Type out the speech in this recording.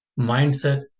mindset